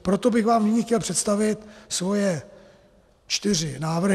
Proto bych vám nyní chtěl představit svoje čtyři návrhy.